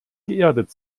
geerdet